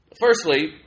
firstly